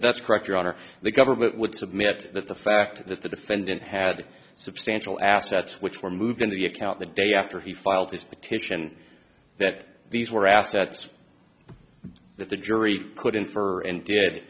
that's correct your honor the government would submit that the fact that the defendant had substantial assets which were moved into the account the day after he filed this petition that these were assets that the jury could infer and did